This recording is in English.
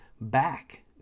back